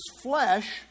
flesh